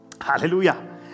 Hallelujah